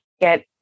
get